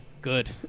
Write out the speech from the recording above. Good